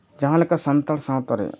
ᱡᱟᱦᱟᱸ ᱞᱮᱠᱟ ᱥᱟᱱᱛᱟᱲ ᱥᱟᱶᱛᱟ ᱨᱮ